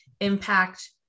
impact